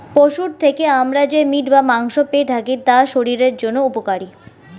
পশুর থেকে আমরা যে মিট বা মাংস পেয়ে থাকি তা শরীরের জন্য উপকারী